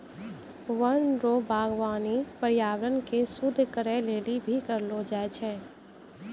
वन रो वागबानी पर्यावरण के शुद्ध करै लेली भी करलो जाय छै